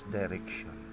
direction